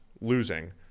losing